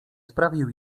sprawił